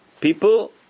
people